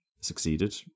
succeeded